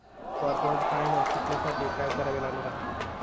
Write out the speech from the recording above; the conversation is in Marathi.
कॉर्पोरेट फायनान्स शिकण्यासाठी काय करावे लागणार आहे?